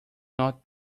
not